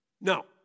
No